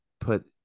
put